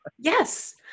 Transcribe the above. Yes